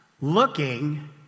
looking